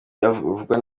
yavugwa